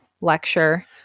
lecture